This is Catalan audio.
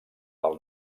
del